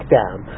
down